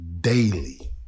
daily